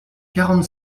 quarante